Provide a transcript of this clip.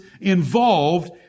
involved